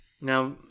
Now